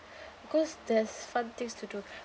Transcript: because there's fun things to do